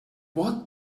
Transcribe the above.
what